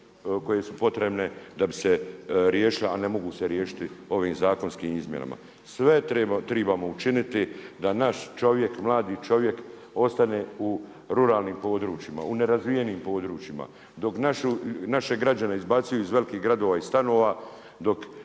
koje su potrebne da bi se riješila, a ne mogu se riješiti ovim zakonskim izmjenama. Sve trebamo učiniti da naš čovjek, mladi čovjek ostane u ruralnim područjima, u nerazvijenim područjima. Dok naše građane izbacuju iz velikih gradova iz stanova, dok